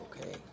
okay